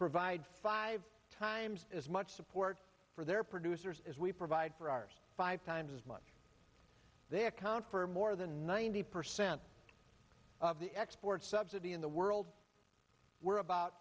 provide five times as much support for their producers as we provide for ours five times as much as they account for more than ninety percent of the export subsidies in the world we're about